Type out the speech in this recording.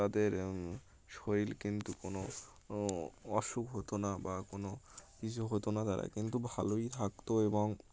তাদের শরীর কিন্তু কোনো অসুখ হতো না বা কোনো কিছু হতো না তারা কিন্তু ভালোই থাকতো এবং